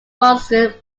vosges